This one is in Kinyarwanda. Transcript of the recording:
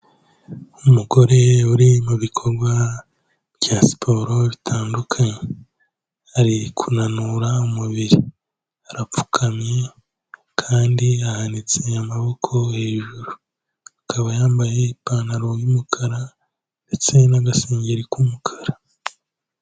Umugore uri mu bikorwa bya siporo bitandukanye, ari kunanura umubiri, arapfukamye kandi yahanitse amaboko hejuru, akaba yambaye ipantaro y’umukara ndetse n'agasengeri k'umukara.